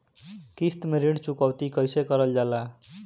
किश्त में ऋण चुकौती कईसे करल जाला?